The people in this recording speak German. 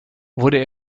wurde